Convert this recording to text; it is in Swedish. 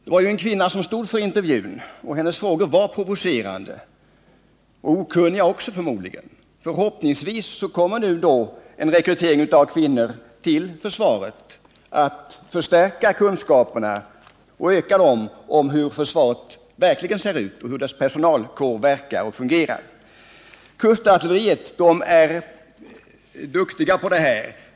Det var ju en kvinna som stod för intervjun, och hennes frågor var provocerande — och okunniga också, förmodligen. Förhoppningsvis kommer en rekrytering av kvinnor till försvaret att öka kunskaperna om hur försvaret verkligen ser ut och hur dess personalkår verkar och fungerar. I kustartilleriet är man duktig på det här.